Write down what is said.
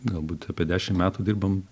galbūt apie dešim metų dirbam